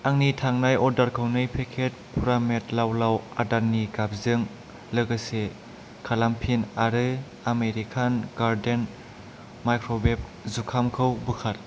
आंनि थांनाय अर्डारखौ नै पेकेट पुरामेट लाव लाव आदारनि गाबजों लोगोसे खालामफिन आरो आमेरिकान गार्डेन माइक्रवेब जुखामखौ बोखार